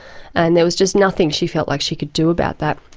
and there was just nothing she felt like she could do about that,